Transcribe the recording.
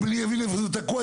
ואם אני אבין איפה זה תקוע,